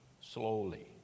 slowly